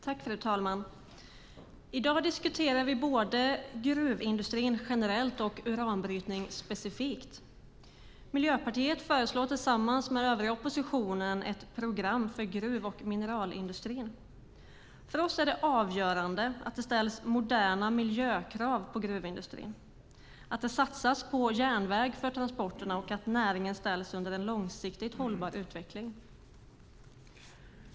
Fru talman! I dag diskuterar vi både gruvindustrin generellt och uranbrytning specifikt. Miljöpartiet föreslår tillsammans med den övriga oppositionen ett program för gruv och mineralindustrin. För oss är det avgörande att det ställs moderna miljökrav på gruvindustrin, att det satsas på järnväg för transporterna och att näringen ställs under en långsiktigt hållbar utveckling.